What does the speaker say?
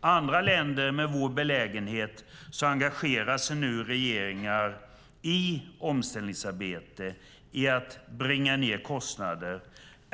andra länder med en belägenhet lik vår engagerar sig nu regeringar i omställningsarbetet för att bringa ned kostnader.